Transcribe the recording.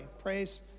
praise